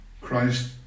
Christ